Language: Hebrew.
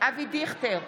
אבי דיכטר,